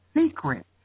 secret